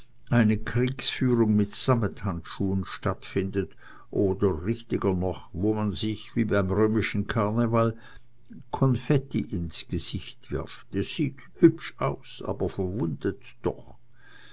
eine kriegsführung mit sammethandschuhen stattfindet oder richtiger noch wo man sich wie beim römischen karneval konfetti ins gesicht wirft es sieht hübsch aus aber verwundet doch